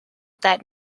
that